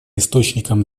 источником